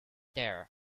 there